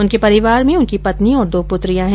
उनके परिवार में उनकी पत्नी और दो पुत्रियां हैं